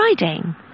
riding